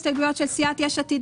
הסתייגויות של סיעת יש עתיד,